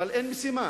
אבל אין משימה.